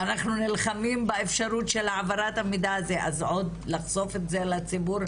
נלחמים באפשרות של העברת המידע הזה אז עוד לחשוף את זה לציבור,